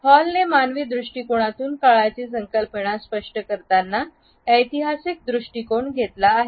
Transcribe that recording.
हॉलने मानवी दृष्टीकोनातून काळाची संकल्पना स्पष्ट करताना ऐतिहासिक दृष्टीकोन घेतला आहे